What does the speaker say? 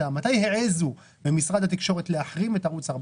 מתי העזו במשרד התקשורת להחרים את ערוץ 14?